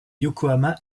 yokohama